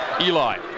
Eli